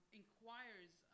inquires